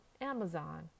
Amazon